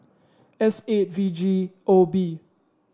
S eight V G O B